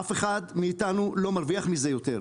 אף אחד מאיתנו לא מרוויח מזה יותר,